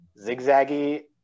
zigzaggy